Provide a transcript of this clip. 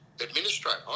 administrator